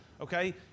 Okay